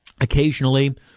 occasionally